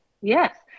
Yes